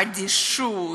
אדישות,